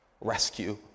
rescue